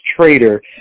trader